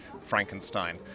Frankenstein